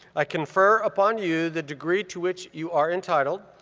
i confer upon you the degree to which you are entitled,